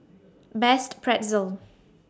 Best Pretzel